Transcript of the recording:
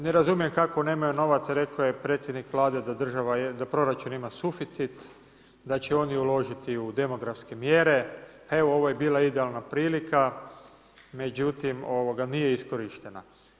Ne razumijem kako nemaju novaca, rekao je predsjednik Vlade da proračun ima suficit, da će oni uložiti u demografske mjere, evo ovo je bila idealna prilika, međutim nije iskorištena.